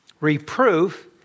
Reproof